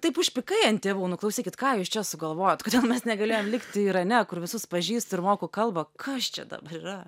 taip užpykai ant tėvų nu klausykit ką jūs čia sugalvojot kodėl mes negalėjom likti irane kur visus pažįstu ir moku kalbą kas čia dabar yra